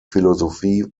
philosophie